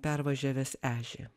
pervažiavęs ežį